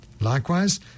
Likewise